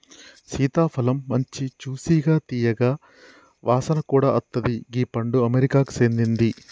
సీతాఫలమ్ మంచి జ్యూసిగా తీయగా వాసన కూడా అత్తది గీ పండు అమెరికాకు సేందింది